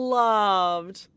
loved